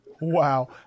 Wow